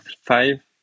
five